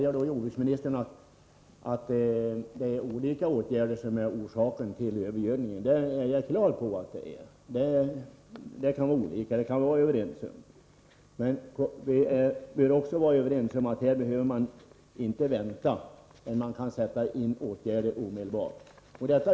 Jordbruksministern säger att det är olika åtgärder som är orsaken till övergödningen. Det är jag klar över, och det kan vi vara överens om. Men vi bör också vara överens om att man inte behöver vänta. Man kan sätta in åtgärder omedelbart.